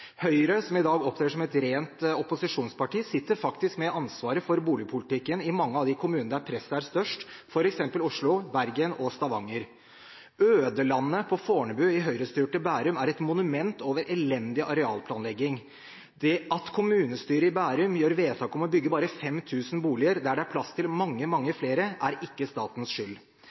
Høyre, som i dag opptrer som et rent opposisjonsparti, sitter faktisk med ansvaret for boligpolitikken i mange av de kommunene der presset er størst, f.eks. i Oslo, Bergen og Stavanger. Ødelandet på Fornebu i Høyre-styrte Bærum er et monument over elendig arealplanlegging. At kommunestyret i Bærum gjør vedtak om å bygge bare 5 000 boliger der det er plass til mange, mange flere, er ikke statens skyld.